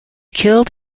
killed